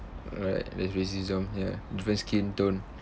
right there's racism ya different skin tone